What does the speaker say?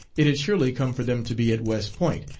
it had surely come for them to be at west point,